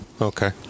Okay